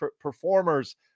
performers